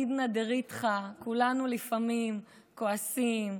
בעידנא דריתחא כולנו לפעמים כועסים,